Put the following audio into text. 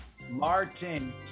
Martin